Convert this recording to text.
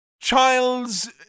child's